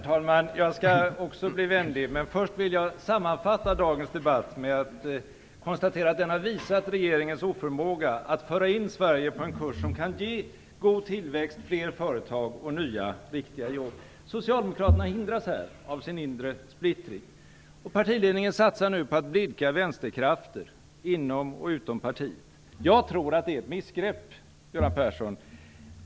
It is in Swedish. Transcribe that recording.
Herr talman! Jag skall också vara vänlig. Men först vill jag sammanfatta dagens debatt med att konstatera att den har visat regeringens oförmåga att föra in Sverige på en kurs som kan ge god tillväxt, fler företag och nya riktiga jobb. Socialdemokraterna hindras här av sin inre splittring. Partiledningen satsar nu på att blidka vänsterkrafter inom och utom partiet. Jag tror att det är ett missgrepp, Göran Persson.